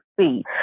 see